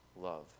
love